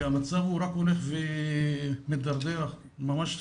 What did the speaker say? והמצב רק הולך ומתדרדר, ממש לתהום.